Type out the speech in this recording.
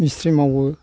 मिस्थ्रि मावो